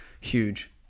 Huge